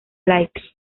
laica